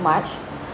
much